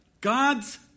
God's